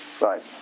right